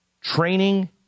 training